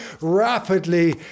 rapidly